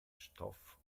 stoff